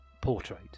portrait